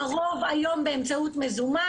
הרוב היום באמצעות מזומן,